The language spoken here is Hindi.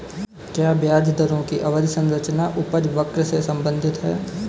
क्या ब्याज दरों की अवधि संरचना उपज वक्र से संबंधित है?